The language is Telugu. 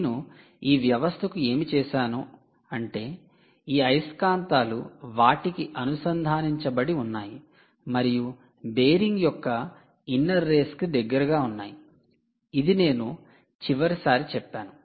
నేను ఈ వ్యవస్థకు ఏమి చేసాను అంటే ఈ అయస్కాంతాలు వాటికి అనుసంధానించబడి ఉన్నాయి మరియు బేరింగ్ యొక్క ఇన్నర్ రేస్ కు దెగ్గరగా ఉన్నాయి ఇది నేను చివరిసారి చెప్పాను